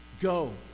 Go